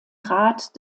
rat